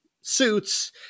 Suits